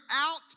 out